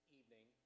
evening